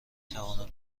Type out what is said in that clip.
توانم